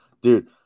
dude